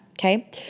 Okay